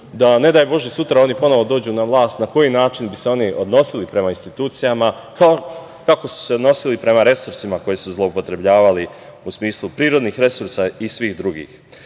da, ne daj Bože, sutra oni ponovo dođu na vlast na koji način bi se oni odnosili prema institucijama, kao kako su se odnosili prema resursima koje su zloupotrebljavali, u smislu prirodnih resursa i svih drugih. Nešto